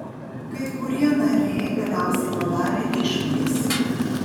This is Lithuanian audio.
kai kurie nariai galiausiai padarė išvadas